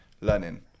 learning